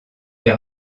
est